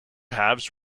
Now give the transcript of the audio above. halves